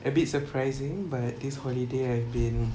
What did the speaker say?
a bit surprising but this holiday I've been